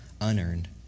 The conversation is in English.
unearned